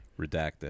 redacted